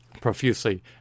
profusely